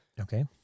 Okay